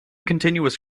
continuous